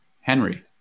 Henry